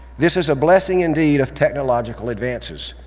this is a blessing indeed of technological advances,